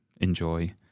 enjoy